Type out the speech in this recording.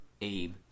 Abe